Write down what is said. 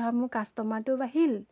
ধৰা মোৰ কাষ্টমাৰটোও বাঢ়িল